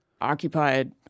occupied